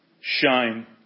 shine